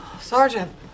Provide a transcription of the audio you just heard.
Sergeant